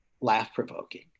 laugh-provoking